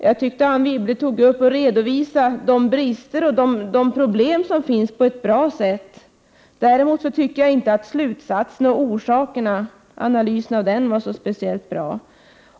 Jag tycker att Anne Wibble redovisade de brister och de problem som finns på ett bra sätt. Däremot tycker jag inte att slutsatsen och analysen av orsaken var speciellt bra.